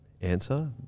answer